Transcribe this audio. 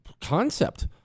concept